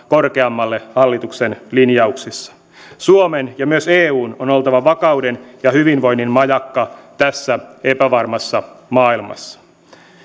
korkeammalle hallituksen linjauksissa suomen ja myös eun on oltava vakauden ja hyvinvoinnin majakka tässä epävarmassa maailmassa